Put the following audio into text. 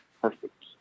perfect